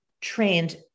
trained